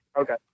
Okay